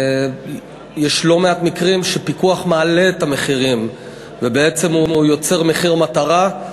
יש לא מעט מקרים שפיקוח מעלה את המחירים ובעצם הוא יוצר מחיר מטרה.